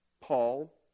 Paul